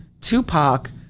Tupac